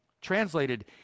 Translated